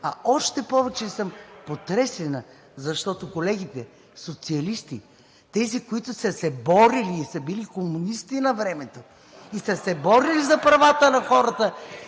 а още повече съм потресена, защото колегите социалисти, тези, които са се борили и са били комунисти навремето, и са се борили за правата на хората,